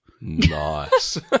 Nice